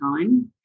time